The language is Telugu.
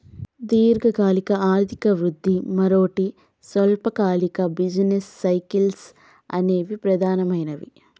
దీర్ఘకాలిక ఆర్థిక వృద్ధి, మరోటి స్వల్పకాలిక బిజినెస్ సైకిల్స్ అనేవి ప్రధానమైనవి